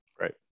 Right